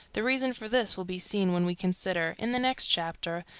the reason for this will be seen when we consider, in the next chapter,